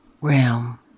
realm